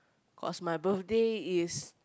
cause my birthday is